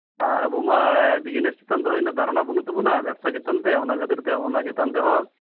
ᱟᱨ ᱟᱵᱚᱢᱟ ᱵᱤᱡᱽᱱᱮᱥ ᱪᱮᱛᱟᱱ ᱫᱚ ᱩᱱᱟᱹᱜ ᱫᱷᱟᱨᱚᱱᱟ ᱵᱟᱹᱱᱩᱜ ᱛᱟᱵᱚᱱᱟ ᱵᱮᱵᱽᱥᱟ ᱪᱮᱛᱟᱱᱛᱮ ᱚᱱᱟ ᱠᱷᱟᱹᱛᱤᱨᱛᱮ ᱚᱱᱟ ᱪᱮᱛᱟᱱ ᱛᱮᱦᱚᱸ